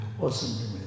awesome